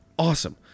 awesome